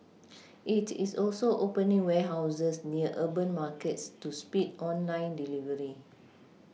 it is also opening warehouses near urban markets to speed online delivery